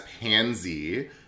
Pansy